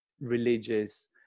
religious